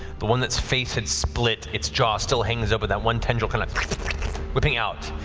the one that's face had split, its jaw still hangs open, that one tendril kind of whipping out.